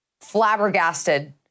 flabbergasted